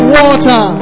water